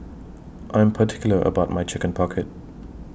I'm particular about My Chicken Pocket